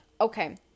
okay